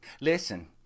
Listen